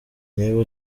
niba